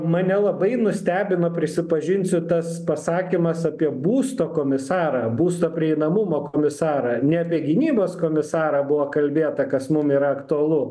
mane labai nustebino prisipažinsiu tas pasakymas apie būsto komisarą būsto prieinamumo komisarą ne apie gynybos komisarą buvo kalbėta kas mum yra aktualu